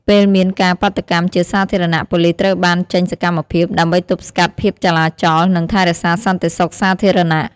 ពេលមានការបាតុកម្មជាសាធារណៈ ប៉ូលីសត្រូវបានចេញសកម្មភាព ដើម្បីទប់ស្កាត់ភាពចលាចល និងថែរក្សាសន្តិសុខសាធារណៈ។